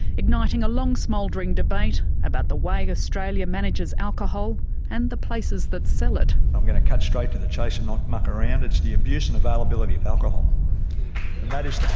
igniting a long-smouldering debate about the way australia manages alcohol and the places that sell it. i'm going to cut straight to the chase and not muck around. it's the abuse and availability of alcohol, and that is the